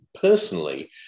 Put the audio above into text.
personally